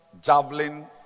javelin